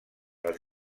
les